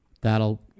that'll